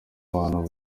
abantu